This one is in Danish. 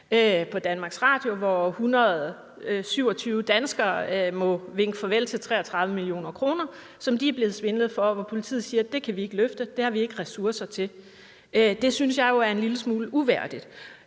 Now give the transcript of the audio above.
på DR, hvor 127 danskere må vinke farvel til 33 mio. kr., som de er blevet svindlet for, og hvor politiet siger: Det kan vi ikke løfte; det har vi ikke ressourcer til. Det synes jeg jo er en lille smule uværdigt.